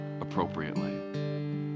appropriately